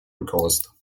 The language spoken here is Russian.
руководства